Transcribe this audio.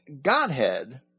Godhead